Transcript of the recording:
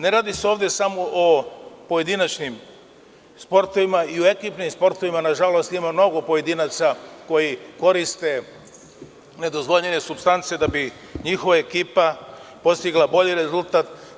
Ne radi se ovde samo o pojedinačnim sportovima i u ekipnim sportovima nažalost ima mnogo pojedinaca koji koriste nedozvoljene supstance da bi njihova ekipa postigla bolji rezultat.